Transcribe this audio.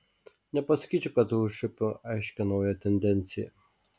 nepasakyčiau kad užčiuopiu aiškią naują tendenciją